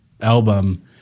album